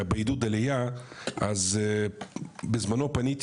בעידוד עלייה, אז בזמנו פניתי